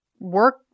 work